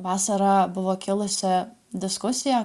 vasarą buvo kilusi diskusija